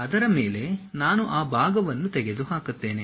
ಅದರ ಮೇಲೆ ನಾನು ಆ ಭಾಗವನ್ನು ತೆಗೆದುಹಾಕುತ್ತೇವೆ